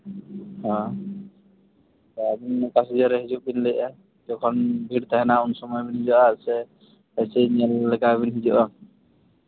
ᱦᱮᱸ ᱟᱹᱵᱤᱱ ᱫᱚ ᱚᱠᱟ ᱥᱤᱡᱤᱱ ᱨᱮ ᱦᱤᱡᱩᱜ ᱵᱤᱱ ᱞᱟᱹᱭᱮᱫᱼᱟ ᱡᱚᱠᱷᱚᱱ ᱵᱷᱤᱲ ᱛᱟᱦᱮᱱᱟ ᱩᱱ ᱥᱚᱢᱚᱭ ᱵᱤᱱ ᱦᱤᱡᱩᱜᱼᱟ ᱥᱮ ᱧᱮᱞ ᱞᱮᱠᱟ ᱵᱤᱱ ᱦᱤᱡᱩᱜᱼᱟ